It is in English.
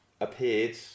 appeared